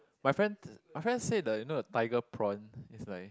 my friends my friends say the you know the tiger prawn it's like